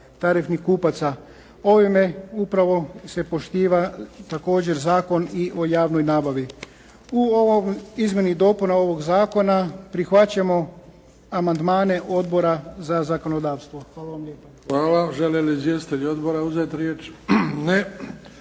tarifnih kupaca. Ovime upravo se poštiva također zakon i o javnoj nabavi. U ovom izmjeni i dopuni ovog zakona prihvaćamo amandmane odbora za zakonodavstvo. Hvala vam lijepa. **Bebić, Luka (HDZ)** Hvala. Žele li izvjestitelji odbora uzeti riječ? Ne.